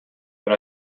but